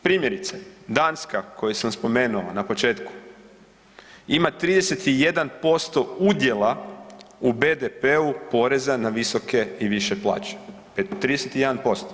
Primjerice Danska koju sam spomenuo na početku ima 31% udjela u BDP-a poreza na visoke i više plaće, 31%